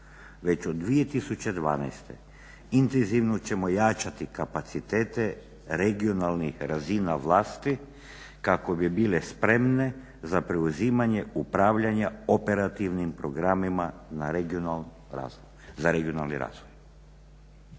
Već od 2012. intenzivno ćemo jačati kapacitete regionalnih razina vlasti kako bi bile spremne za preuzimanje upravljanja operativnim programima za regionalni razvoj.